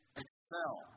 excel